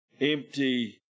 empty